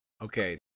okay